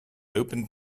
opened